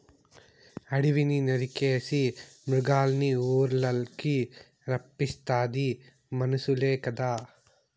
అడివిని నరికేసి మృగాల్నిఊర్లకి రప్పిస్తాది మనుసులే కదా